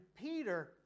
Peter